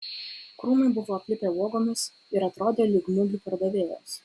krūmai buvo aplipę uogomis ir atrodė lyg mugių pardavėjos